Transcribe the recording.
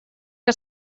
que